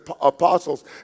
apostles